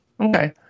Okay